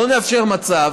לא נאפשר מצב